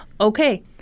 okay